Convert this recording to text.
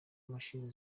imashini